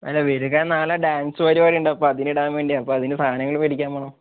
അല്ല വരിക നാളെ ഡാൻസ് പരിപാടിയുണ്ട് അപ്പോൾ അതിനിടാൻ വേണ്ടിയാണ് അപ്പോൾ അതിന് സാനങ്ങൾ മേടിക്കാൻ പോണം